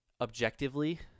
Objectively